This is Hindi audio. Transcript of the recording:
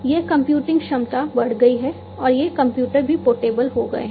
यह कंप्यूटिंग क्षमता बढ़ गई है और ये कंप्यूटर भी पोर्टेबल हो गए हैं